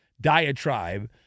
diatribe